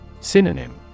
Synonym